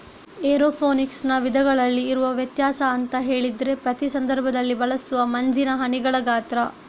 ಏರೋಫೋನಿಕ್ಸಿನ ವಿಧಗಳಲ್ಲಿ ಇರುವ ವ್ಯತ್ಯಾಸ ಅಂತ ಹೇಳಿದ್ರೆ ಪ್ರತಿ ಸಂದರ್ಭದಲ್ಲಿ ಬಳಸುವ ಮಂಜಿನ ಹನಿಗಳ ಗಾತ್ರ